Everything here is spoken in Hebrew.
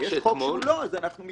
אם יש חוק שהוא לא, אז אנחנו מתנגדים לו.